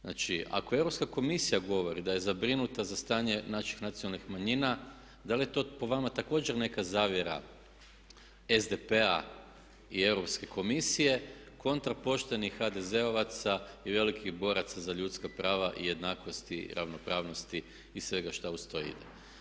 Znači ako Europska komisija govori da je zabrinuta za stanje naših nacionalnih manjina da li je to po vama također neka zavjera SDP-a i Europske komisije kontra poštenih HDZ-ovaca i velikih boraca za ljudska prava i jednakosti i ravnopravnosti i svega što uz to ide?